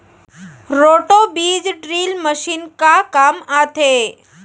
Roto बीज drill machine का काम आथे?